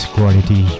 Quality